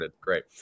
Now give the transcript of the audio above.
Great